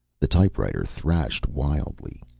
the typewriter thrashed wildly.